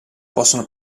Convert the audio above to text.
possono